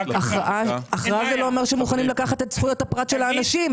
הכרעה זה לא אומר שמוכנים לקחת את זכויות הפרט של האנשים.